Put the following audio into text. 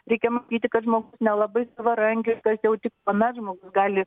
reikia matyti kad žmogus nelabai savarankiškas jau tik tuomet žmogus gali